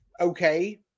okay